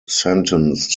sentenced